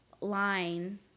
line